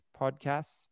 podcasts